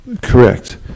Correct